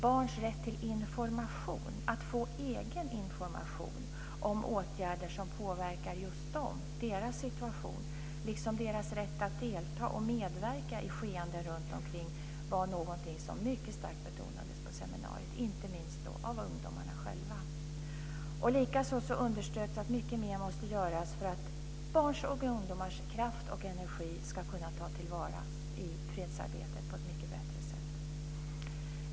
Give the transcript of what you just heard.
Barns rätt till information - rätt att få egen information - om åtgärder som påverkar just dem och deras situation, liksom deras rätt att delta och medverka i skeenden runtomkring betonades mycket starkt på seminariet, inte minst av ungdomarna själva. Likaså underströks att mycket mer måste göras för att barns och ungdomars kraft och energi ska kunna tas till vara i fredsarbetet på ett mycket bättre sätt.